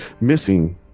missing